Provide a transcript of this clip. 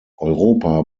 europa